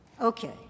Okay